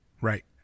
Right